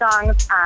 songs